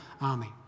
army